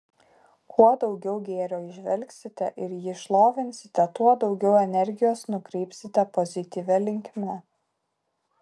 kuo daugiau gėrio įžvelgsite ir jį šlovinsite tuo daugiau energijos nukreipsite pozityvia linkme